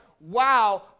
wow